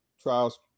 trials